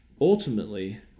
ultimately